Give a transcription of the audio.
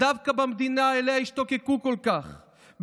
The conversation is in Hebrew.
דווקא במדינה שאליה השתוקקו כל כך,